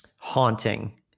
haunting